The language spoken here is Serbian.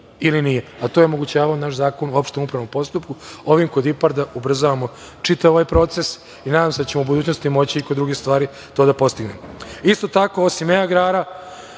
ili nije, a to je omogućavao naš Zakon o opštem upravnom postupku. Ovim kod IPARDA ubrzavamo čitav ovaj proces i nadam se da ćemo u budućnosti moći i kod drugih stvari to da postignemo. Isto tako osim e-agrara,